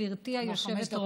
גברתי היושבת בראש,